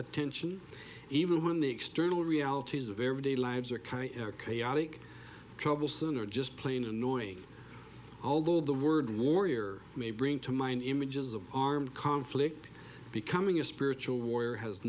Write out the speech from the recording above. attention even when the external realities of everyday lives are kind or chaotic troublesome are just plain annoying although the word warrior may bring to mind images of armed conflict becoming a spiritual warrior has